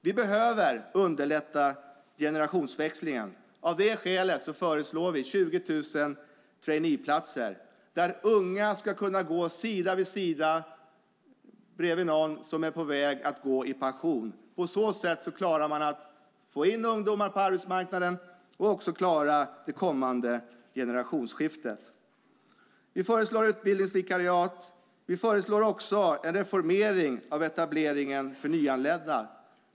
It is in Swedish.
Vi behöver underlätta generationsväxlingen. Av det skälet föreslår vi 20 000 traineeplatser, där unga ska kunna gå sida vid sida med någon som är på väg att gå i pension. På så sätt klarar man att få in ungdomar på arbetsmarknaden och klarar också det kommande generationsskiftet. Vi föreslår utbildningsvikariat. Vi föreslår också en reformering av etableringen för nyanlända.